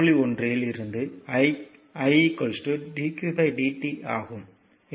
1 இல் இருந்து i dqdt ஆகும்